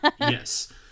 yes